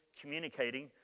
communicating